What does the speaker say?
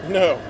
no